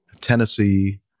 Tennessee